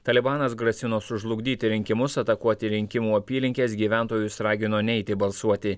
talibanas grasino sužlugdyti rinkimus atakuoti rinkimų apylinkes gyventojus ragino neiti balsuoti